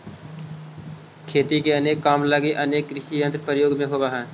खेती के अनेको काम लगी अनेक कृषियंत्र के प्रयोग होवऽ हई